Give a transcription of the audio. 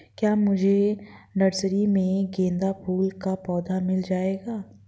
क्या मुझे नर्सरी में गेंदा फूल का पौधा मिल जायेगा?